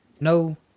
no